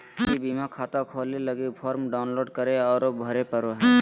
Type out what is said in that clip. ई बीमा खाता खोलय लगी फॉर्म डाउनलोड करे औरो भरे पड़ो हइ